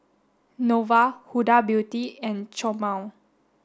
Nova Huda Beauty and Chomel